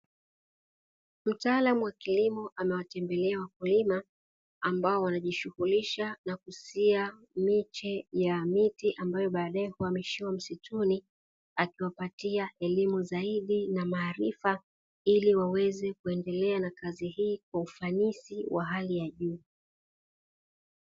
Mtaalamu wa kilimo amewatembelea wakulima, ambao wanaojishughulisha na kusia miche ya miti ambayo baadae huhamishiwa msituni, akiwapatia elimu zaidi na maarifa, ili waweze kuendelea na kazi hii kwa ufanisi wa hali ya juu.